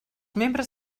membres